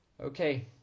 Okay